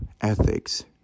ethics